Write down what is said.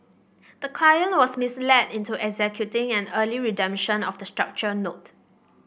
the client was misled into executing an early redemption of the structured note